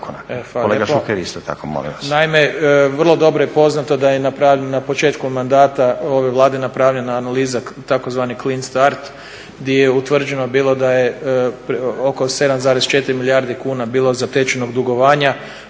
Naime, vrlo dobro je poznato da je napravljeno na početku mandata ove Vlade napravljena analiza tzv. clin start di je utvrđeno bilo da je oko 7,4 milijarde kuna bilo zatečenog dugovanja